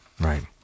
Right